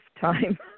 time